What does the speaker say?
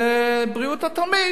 בבריאות התלמיד,